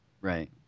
Right